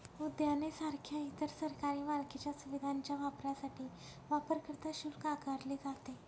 उद्याने सारख्या इतर सरकारी मालकीच्या सुविधांच्या वापरासाठी वापरकर्ता शुल्क आकारले जाते